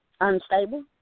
unstable